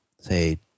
say